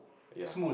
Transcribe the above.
ya